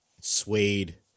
suede